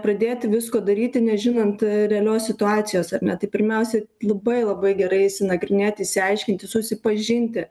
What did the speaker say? pradėti visko daryti nežinant realios situacijos ar ne tai pirmiausia labai labai gerai išsinagrinėti išsiaiškinti susipažinti